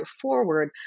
forward